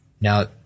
Now –